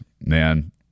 Man